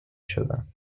شدند